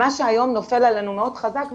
מה שנופל עלינו היום מאוד חזק,